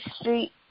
street